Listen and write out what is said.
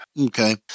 Okay